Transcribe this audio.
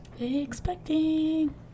expecting